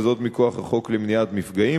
וזאת מכוח החוק למניעת מפגעים,